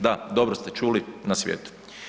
Da, dobro ste čuli, na svijetu.